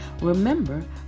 Remember